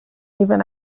even